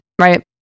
right